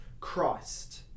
Christ